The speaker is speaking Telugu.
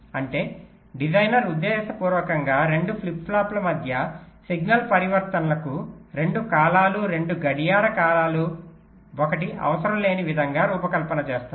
అంటే డిజైనర్ ఉద్దేశపూర్వకంగా 2 ఫ్లిప్ ఫ్లాప్ల మధ్య సిగ్నల్ పరివర్తనలకు 2 కాలాలు 2 గడియార కాలాలు ఒకటి అవసరం లేని విధంగా రూపకల్పన చేస్తారు